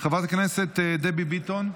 חברת הכנסת דבי ביטון,